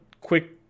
quick